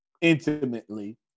intimately